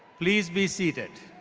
please be seated.